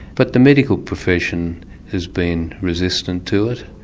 but the medical profession has been resistant to it,